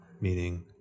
Meaning